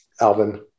alvin